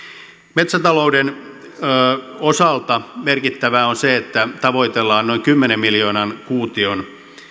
metsätalouden osalta merkittävää on se että tavoitellaan noin kymmenen miljoonan kuution